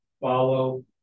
follow